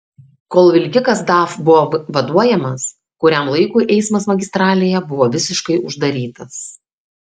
kol vilkikas daf buvo vaduojamas kuriam laikui eismas magistralėje buvo visiškai uždarytas